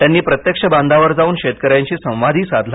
त्यांनी प्रत्यक्ष बांधावर जाऊन शेतकऱ्यांशी संवादही साधला